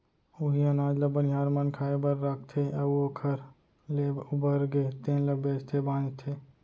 उहीं अनाज ल बनिहार मन खाए बर राखथे अउ ओखर ले उबरगे तेन ल बेचथे भांजथे